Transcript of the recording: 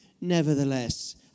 Nevertheless